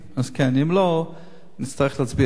נצטרך להצביע נגד, ואני לא רוצה להגיע לזה.